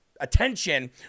attention